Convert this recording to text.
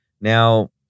Now